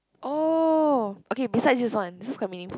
oh okay besides this one this is quite meaningful